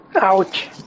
ouch